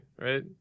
right